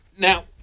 Now